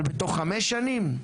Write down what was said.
אבל בתוך חמש שנים?